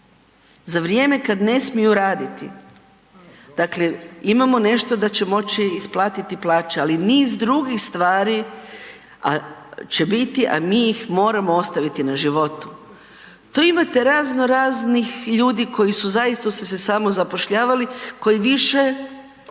Za vrijeme kad ne smiju raditi, dakle imamo nešto da će moći isplatiti plaće ali niz drugih stvari, a će biti, a mi ih moramo ostaviti na životu. Tu imate razno raznih ljudi koji su zaista su se samozapošljavali koji više,